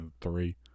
three